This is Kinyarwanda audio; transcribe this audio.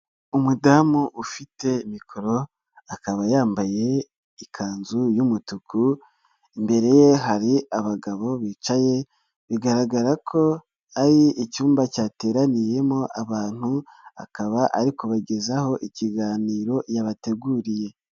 Umudamu ufite mikoro, akaba yambaye ikanzu y'umutuku, imbere ye hari abagabo bicaye, bigaragara ko ari icyumba cyateraniyemo abantu, akaba ari kubagezaho ikiganiro yabateguriye.